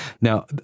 Now